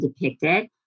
depicted